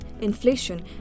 inflation